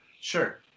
Sure